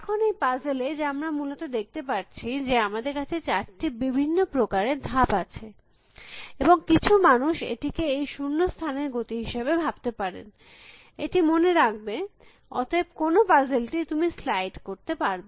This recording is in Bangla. এখন এই পাজেল এ যা আমরা মূলত দেখতে পারছি যে আমাদের কাছে 4টি বিভিন্ন প্রকারের ধাপ আছে এবং কিছু মানুষ এটিকে এই শূন্য স্থানের গতি হিসাবে ভাবতে পারেন এটি মনে রাখবে অতএব কোন পাজেলটি তুমি স্লাইড করতে পারবে